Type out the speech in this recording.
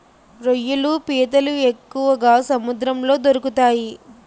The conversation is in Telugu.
రొయ్యలు పీతలు ఎక్కువగా సముద్రంలో దొరుకుతాయి